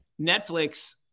Netflix